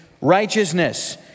righteousness